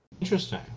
Interesting